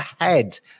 ahead